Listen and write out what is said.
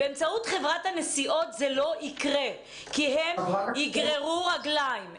באמצעות חברת הנסיעות זה לא יקרה כי הם יגררו רגליים.